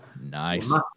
Nice